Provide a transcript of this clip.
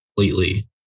completely